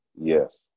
Yes